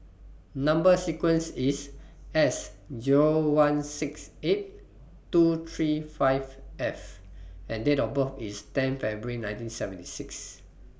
Number sequence IS S Zero one six eight two three five S and Date of birth IS ten February nineteen seventy six